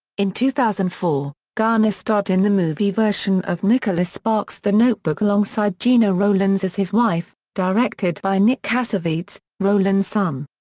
in two thousand and four, garner starred in the movie version of nicholas sparks' the notebook alongside gena rowlands as his wife, directed by nick cassavetes, rowlands' son.